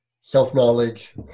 self-knowledge